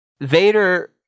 Vader